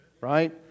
Right